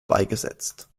beigesetzt